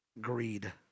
greed